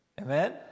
Amen